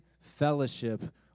fellowship